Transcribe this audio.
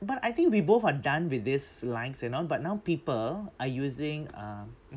but I think we both are done with this likes and all but now people are using uh